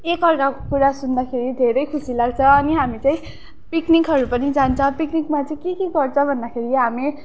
एक अर्काको कुरा सुन्दाखेरि धेरै खुसी लाग्छ अनि हामी चाहिँ पिकनिकहरू पनि जान्छ पिकनिकमा चाहिँ के के गर्छ भन्दाखेरि हामी